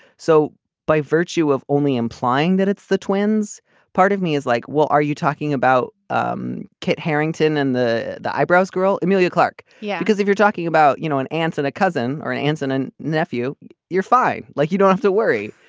so by virtue of only implying that it's the twins part of me is like what are you talking about. um kate herrington and the the eyebrows girl emilia clarke. yeah. because if you're talking about you know an answer that cousin or an answer and a nephew you're fine. like you don't have to worry.